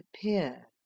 appear